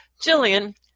Jillian